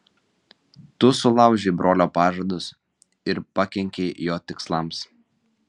tu sulaužei brolio pažadus ir pakenkei jo tikslams